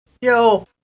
Yo